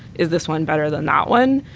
is this one better than that one?